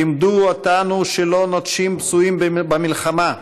לימדו אותנו שלא נוטשים פצועים במלחמה,